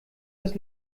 das